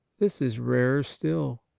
this is rarer still.